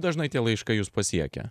dažnai tie laiškai jus pasiekia